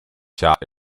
shot